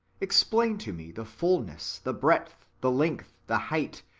explain to me the fulness, the breadth, the length, the height,